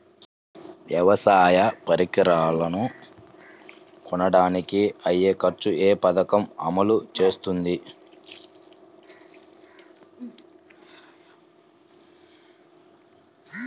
వ్యవసాయ పరికరాలను కొనడానికి అయ్యే ఖర్చు ఏ పదకము అమలు చేస్తుంది?